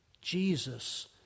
Jesus